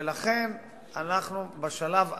ולכן בשלב הזה,